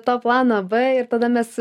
to plano b ir tada mes